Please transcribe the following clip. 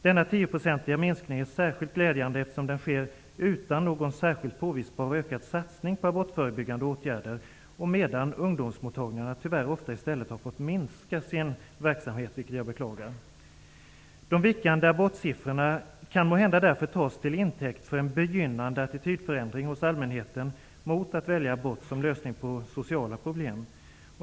Denna tioprocentiga minskning är särskilt glädjande, eftersom den sker utan någon särskild påvisbar ökad satsning på abortförebyggande åtgärder. Tyvärr har ungdomsmottagningarna tyvärr ofta i stället fått minska sin verksamhet, vilket jag beklagar. De vikande abortsiffrorna kan därför tas till intäkt för en begynnande attitydförändring hos allmänheten mot att välja abort som lösning på sociala problem.